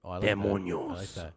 Demonios